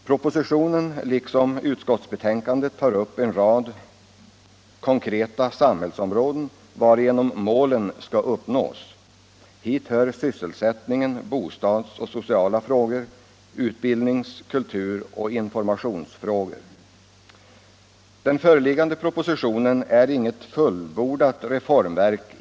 Propositionen liksom utskottsbetänkandet tar upp en rad konkreta samhällsområden varigenom målen skall uppnås. Hit hör sysselsättningen, bostadsoch sociala frågor, utbildnings-, kulturoch informationsfrågor. Den föreliggande propositionen är inget fullbordat reformverk.